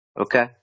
Okay